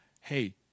hey